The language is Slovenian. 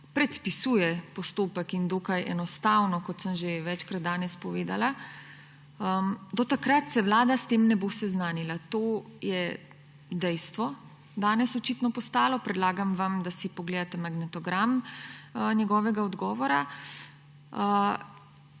predpisuje postopek in dokaj enostavno, kot sem že večkrat danes povedala –, do takrat se Vlada s tem ne bo seznanila. To je danes očitno postalo dejstvo. Predlagam vam, da si pogledate magnetogram njegovega odgovora.